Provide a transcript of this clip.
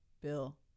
Bill